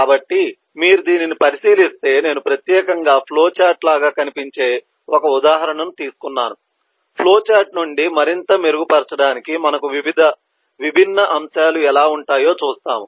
కాబట్టి మీరు దీనిని పరిశీలిస్తే నేను ప్రత్యేకంగా ఫ్లో చార్ట్ లాగా కనిపించే ఒక ఉదాహరణను తీసుకున్నాను ఫ్లోచార్ట్ నుండి మరింత మెరుగుపరచబడటానికి మనకు వివిధ విభిన్న అంశాలు ఎలా ఉంటాయో చూస్తాము